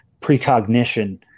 precognition